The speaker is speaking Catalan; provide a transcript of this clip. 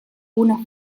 una